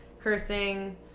cursing